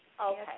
Okay